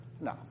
no